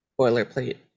boilerplate